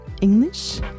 English